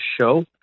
show